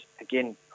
again